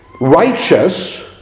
righteous